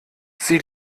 sie